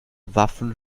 waffen